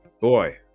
boy